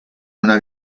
una